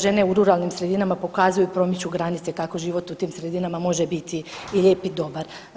Žene u ruralnim sredinama pokazuju, promiču granice kako život u tim sredinama može biti i lijep i dobar.